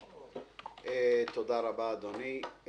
תודה רבה, אדוני.